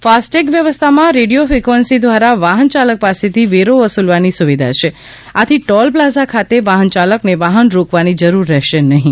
FASTag વ્યવસ્થામાં radio frequency દ્વારા વાહન ચાલક પાસેથી વેરો વસૂલવાની સુવિધા છે આથી ટોલ પ્લાઝા ખાતે વાહન ચાલકને વાહન રોકવાની જરૂર રહેશે નહિ